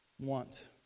Want